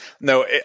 No